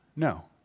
No